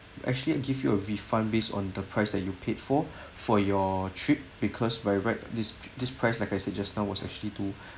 actually give you a refund based on the price that you paid for for your trip because by right this this price like I said just now was actually to